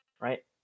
right